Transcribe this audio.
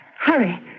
Hurry